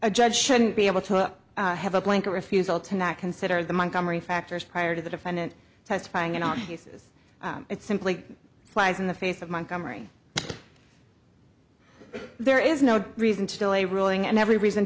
a judge shouldn't be able to up have a blanket refusal to not consider the monk amerie factors prior to the defendant testifying on cases it simply flies in the face of montgomery there is no reason to delay a ruling and every reason